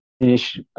finish